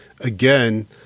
again